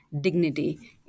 dignity